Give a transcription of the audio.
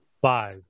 Five